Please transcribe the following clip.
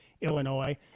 Illinois